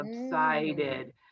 subsided